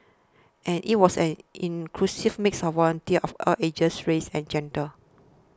and it was an inclusive mix of volunteers of all ages races and genders